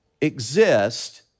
exist